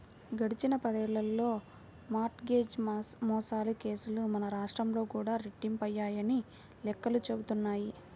గడిచిన పదేళ్ళలో mortgage మోసాల కేసులు మన రాష్ట్రంలో కూడా రెట్టింపయ్యాయని లెక్కలు చెబుతున్నాయి